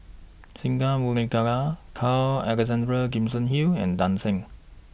Singai Mukilan Carl Alexander Gibson Hill and Tan Shen